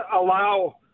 allow